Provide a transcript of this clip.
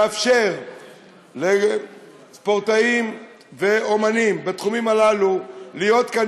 לאפשר לספורטאים ואמנים בתחומים הללו להיות כאן